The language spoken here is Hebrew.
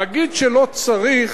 להגיד שלא צריך,